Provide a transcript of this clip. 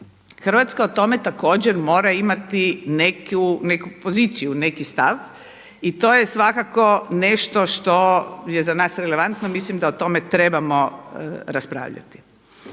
Hrvatska o tome također mora imati neku poziciju, neki stav i to je svakako nešto što je za nas relevantno. Mislim da o tome trebamo raspravljati.